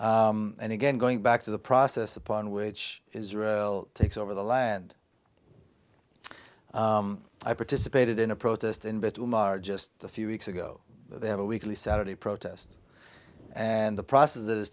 and again going back to the process upon which israel takes over the land i participated in a protest in between maher just a few weeks ago they have a weekly saturday protest and the process that is